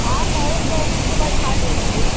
आप और लोगों को बैठा लीजिए